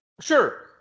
Sure